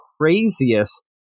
craziest